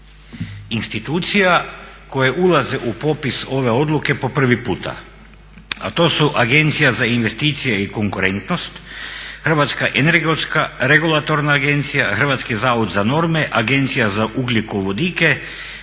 institucija koje ulaze u popis ove odluke po prvi puta, a to su Agencija za investicije i konkurentnost, Hrvatska energetska regulatorna agencija, Hrvatski zavod za norme, Agencija za ugljikovodike,